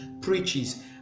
preaches